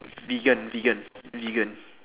vegan vegan vegan